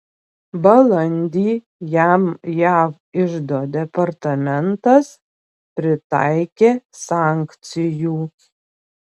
balandį jam jav iždo departamentas pritaikė sankcijų